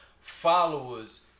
followers